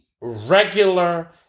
regular